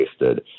wasted